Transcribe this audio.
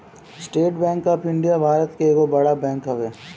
estate Bank of India Bharat के एगो बड़ बैंक हवे